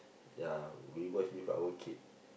ya we watch with our kid